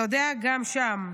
גם שם: